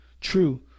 True